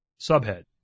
Subhead